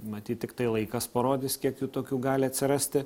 matyt tiktai laikas parodys kiek jų tokių gali atsirasti